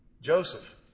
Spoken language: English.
Joseph